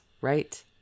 Right